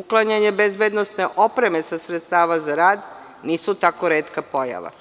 uklanjanje bezbednosne opreme sredstava za rad, nisu tako retka pojava.